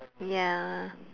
ya